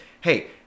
hey